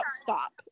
stop